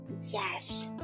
Yes